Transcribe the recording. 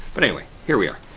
but anyway, here we are.